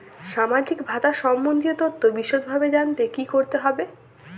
সামাজিক ভাতা সম্বন্ধীয় তথ্য বিষদভাবে জানতে কী করতে হবে?